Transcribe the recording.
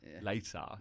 Later